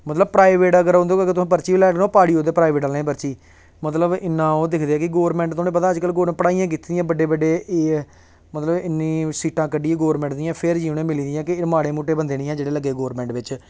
मतलब प्राइवेट अगर उंदे कोलो अगर तुहें पर्ची गै लैनी होऐ पाड़ी ओड़दे प्राइवेट आह्लें दी पर्ची मतलब इन्ना ओह् दिखदे कि गौरमैंट तुसें पता अज्जकल गौरमैंट पढ़ाइयां कीती दियां बड्डे बड्डे एह् मतलब इन्नी सीटां कड्डियै गौरमैंट जियां फिर जाइयै उनेंगी मिली जियां एह् माड़ी मुट्टे बंदे निं हैन जेह्ड़े लग्गे दे गौरमैंट बिच्च